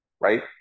Right